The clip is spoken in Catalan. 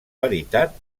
veritat